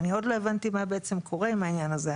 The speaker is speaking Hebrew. אני עוד לא הבנתי מה קורה עם העניין הזה,